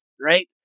right